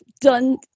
done